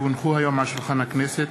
כי הונחו היום על שולחן הכנסת,